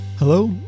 Hello